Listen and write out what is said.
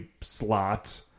slot